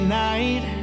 night